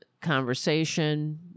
conversation